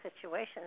situations